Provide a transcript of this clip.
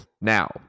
now